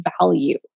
value